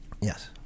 Yes